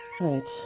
Right